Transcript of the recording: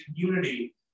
community